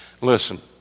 Listen